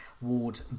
Ward